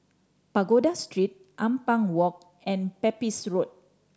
Pagoda Street Ampang Walk and Pepys Road